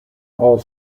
all